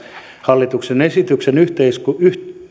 hallituksen esityksen